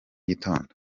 gitondo